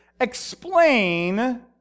explain